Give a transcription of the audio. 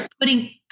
putting